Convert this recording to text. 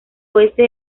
oeste